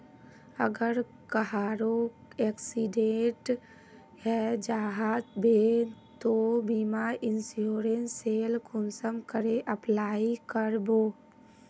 अगर कहारो एक्सीडेंट है जाहा बे तो बीमा इंश्योरेंस सेल कुंसम करे अप्लाई कर बो?